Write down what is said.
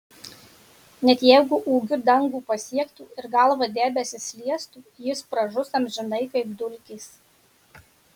net jeigu ūgiu dangų pasiektų ir galva debesis liestų jis pražus amžinai kaip dulkės